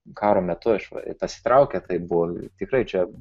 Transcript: karo metu išva pasitraukė tai buvo tikrai čia